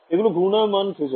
এগুলো হল ঘূর্ণায়মান phasor